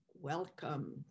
Welcome